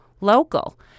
Local